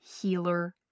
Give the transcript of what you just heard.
healer